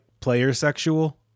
player-sexual